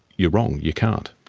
you're wrong, you can't.